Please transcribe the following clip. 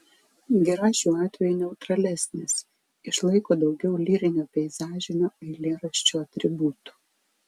gira šiuo atveju neutralesnis išlaiko daugiau lyrinio peizažinio eilėraščio atributų